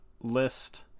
list